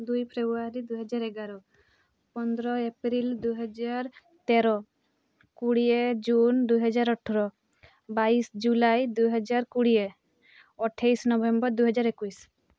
ଦୁଇ ଫେବୃଆରୀ ଦୁଇହଜାର ଏଗାର ପନ୍ଦର ଏପ୍ରିଲ୍ ଦୁଇହଜାର ତେର କୋଡ଼ିଏ ଜୁନ୍ ଦୁଇହଜାର ଅଠର ବାଇଶ୍ ଜୁଲାଇ ଦୁଇହଜାର କୋଡ଼ିଏ ଅଠେଇଶ ନଭେମ୍ବର୍ ଦୁଇହଜାର ଏକୋଇଶ୍